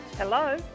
Hello